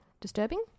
disturbing